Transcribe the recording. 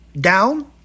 Down